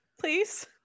Please